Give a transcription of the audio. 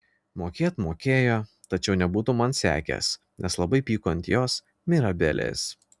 mokėt mokėjo tačiau nebūtų man sekęs nes labai pyko ant jos mirabelės